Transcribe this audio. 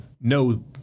no